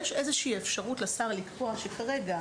יש איזושהי אפשרות לשר לקבוע שכרגע,